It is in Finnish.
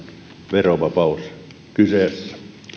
verovapaus kyseessä